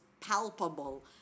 palpable